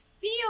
feel